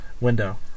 window